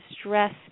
stress